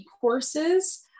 courses